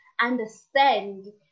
understand